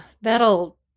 That'll